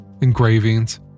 engravings